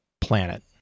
planet